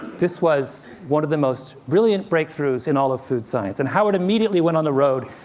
this was one of the most brilliant breakthroughs in all of food science. and howard immediately went on the road,